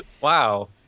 Wow